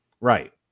Right